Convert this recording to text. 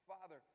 Father